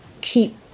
keep